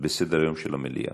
בסדר-היום של המליאה.